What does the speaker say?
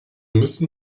müssen